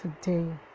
today